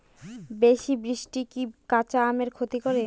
বেশি বৃষ্টি কি কাঁচা আমের ক্ষতি করে?